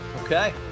Okay